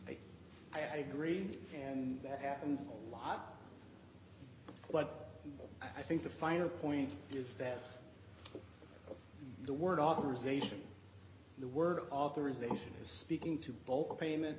d i agree and that happens a lot but i think the final point is that the word authorization the word authorization is speaking to both a payment